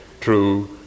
true